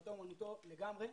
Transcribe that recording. שתורתו אומנתו לגמרי,